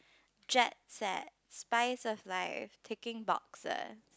jetset spice of life ticking boxes